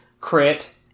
Crit